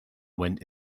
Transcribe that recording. went